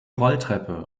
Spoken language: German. rolltreppe